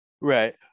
Right